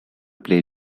play